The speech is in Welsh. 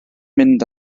mynd